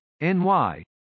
ny